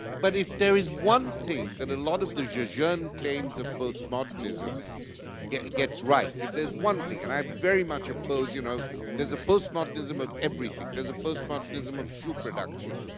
but if there is one thing that a lot of the jejune claims of postmodernism gets gets right, if there's one thing and i very much oppose you know there's a postmodernism of everything. there's a postmodernism of shoe production,